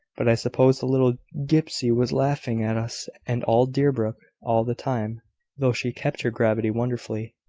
but i suppose the little gipsy was laughing at us and all deerbrook all the time though she kept her gravity wonderfully.